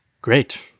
great